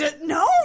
No